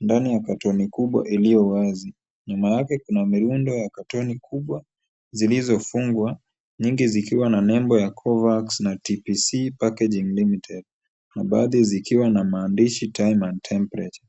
ndani ya katoni kubwa iliyowazi. Nyuma yake kuna milundo ya katoni kubwa zilizofungwa nyingi zikiwa na nembo ya Covax na TPC Packaging Limited na baadhi zikiwa na maandishi time and temperature .